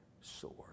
sword